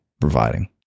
providing